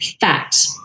fact